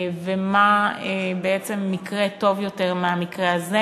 ומה בעצם מקרה טוב יותר מהמקרה הזה?